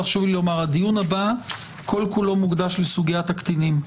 הדיון הבא כולו מוקדש לסוגית הקטינים.